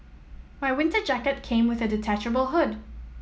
my winter jacket came with a detachable hood